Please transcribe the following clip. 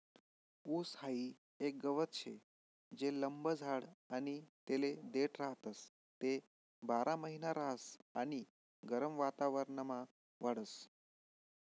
ऊस हाई एक गवत शे जे लंब जाड आणि तेले देठ राहतस, ते बारामहिना रहास आणि गरम वातावरणमा वाढस